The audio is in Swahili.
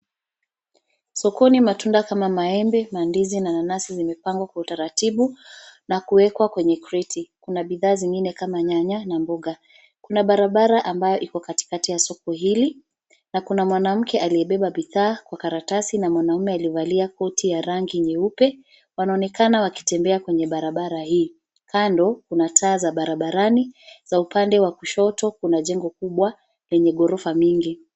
Sokoni matunda kama maembe, mandizi, mananazi zimepangwa kwa utaratibu na kuwekwa kwenye kreti. Kuna bidhaa zingine kama nyanya na mboga. Kuna barabara ambayo iko katikati ya soko hili na kuna mwanamke aliyebeba bidhaa kwa karatasi na mwanume aliyevalia koti ya rangi nyeupe, wanaonekana wakitembea kwenye barabara hii. Kando kuna taa za barabarani za upande wa kushoto kuna jengo kubwa lenye gorofa mingi.